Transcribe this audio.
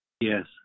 Yes